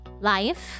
Life